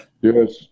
Yes